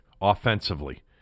offensively